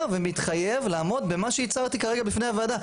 ומתחייב לעמוד במה שהצהרתי כרגע בפני הוועדה.